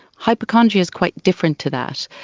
hypochondria is quite different to that.